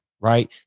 right